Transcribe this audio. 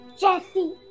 Jesse